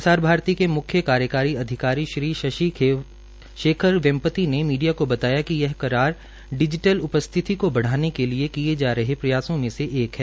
प्रसार भारती के म्ख्य कार्यकारी अधिकारी श्री शशि शेखर वैपति ने मीडिया को बताया कि यह करार डिजीटल उपस्थिति को बढ़ाने के लिए किये जा रहे प्रयासों में से एक है